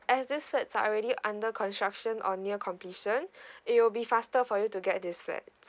as these flats are already under construction or near completion it will be faster for you to get these flats